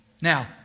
Now